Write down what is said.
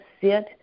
sit